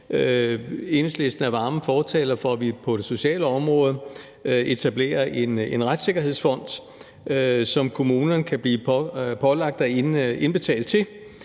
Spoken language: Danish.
Enhedslisten er vi varme fortalere for, at vi på det sociale område etablerer en retssikkerhedsfond, som en kommune kan blive pålagt at indbetale til,